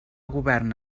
govern